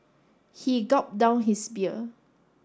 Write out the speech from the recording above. he gulped down his beer